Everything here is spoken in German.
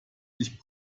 sich